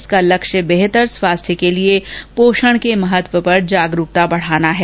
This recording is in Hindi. इसका लक्ष्य बेहतर स्वास्थ्य के लिए पोषण के महत्व पर जागरुकता बढ़ाना है